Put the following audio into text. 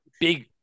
Big